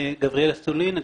את